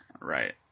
right